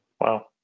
Wow